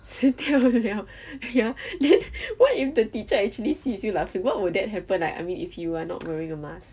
死掉 liao ya then what if the teacher actually sees you laughing what would that happen ah I mean if you are not wearing a mask